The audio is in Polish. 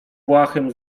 błahym